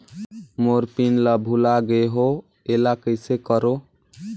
मोर PIN ला भुला गे हो एला कइसे करो?